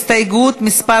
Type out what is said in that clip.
הסתייגויות מס'